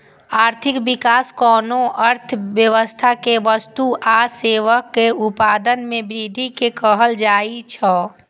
आर्थिक विकास कोनो अर्थव्यवस्था मे वस्तु आ सेवाक उत्पादन मे वृद्धि कें कहल जाइ छै